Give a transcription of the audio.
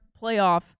playoff